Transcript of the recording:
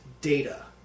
data